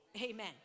Amen